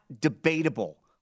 debatable